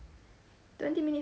twenty minutes